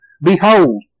behold